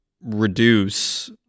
reduce